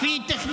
)